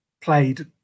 played